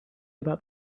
about